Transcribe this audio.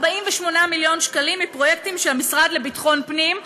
48 מיליון שקלים מפרויקטים של המשרד לביטחון פנים,